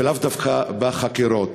ולאו דווקא בחקירות.